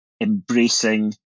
embracing